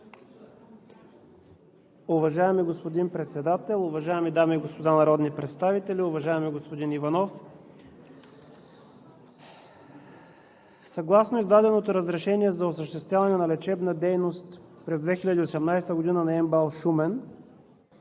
Уважаеми господин Председател, уважаеми дами и господа народни представители! Уважаеми господин Иванов, съгласно издаденото разрешение за осъществяване на лечебна дейност през 2018 г. на МБАЛ – Шумен,